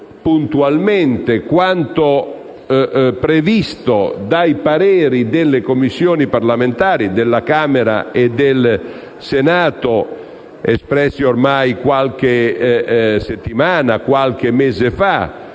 puntualmente quanto previsto dai pareri delle Commissioni parlamentari di Camera e Senato, espressi ormai qualche settimana o mese fa,